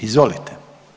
Izvolite.